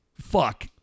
fuck